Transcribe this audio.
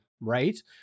Right